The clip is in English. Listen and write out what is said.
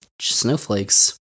snowflakes